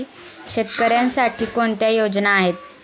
शेतकऱ्यांसाठी कोणत्या योजना आहेत?